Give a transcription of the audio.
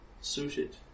suited